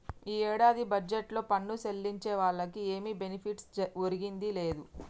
ఈ ఏడాది బడ్జెట్లో పన్ను సెల్లించే వాళ్లకి ఏమి బెనిఫిట్ ఒరిగిందే లేదు